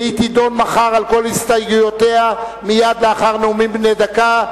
והיא תידון מחר על כל הסתייגויותיה מייד לאחר נאומים בני דקה,